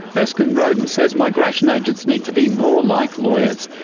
erskine rodan says migration agents need to be more like lawyers,